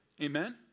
Amen